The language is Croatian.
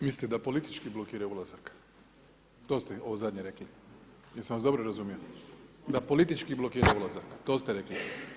Mislite da politički blokiraju ulazak, to ste ovo zadnje rekli, jesam vas dobro razumio, da politički blokiraju ulazak, to ste rekli.